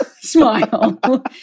smile